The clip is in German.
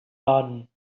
baden